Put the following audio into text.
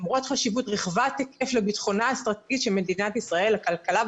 למרות חשיבות רחבת היקף לביטחונה האסטרטגי של מדינת ישראל לכלכלה,